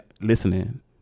listening